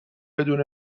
بدون